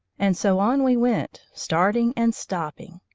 and so on we went starting and stopping.